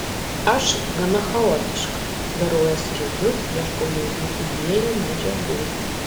aš gana chaotiška darau eskizus ieškau naujų idėjų medžiagų